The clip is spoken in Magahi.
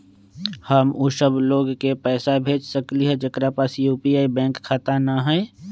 हम उ सब लोग के पैसा भेज सकली ह जेकरा पास यू.पी.आई बैंक खाता न हई?